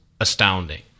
astounding